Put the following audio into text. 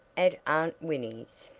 at aunt winnie's